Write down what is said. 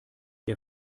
der